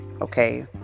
okay